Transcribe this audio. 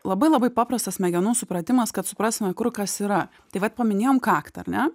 labai labai paprastas smegenų supratimas kad suprastume kur kas yra tai vat paminėjom kaktą ar ne